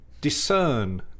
discern